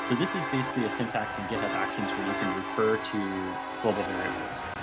so this is basically a syntax in github actions where you can refer to global variables.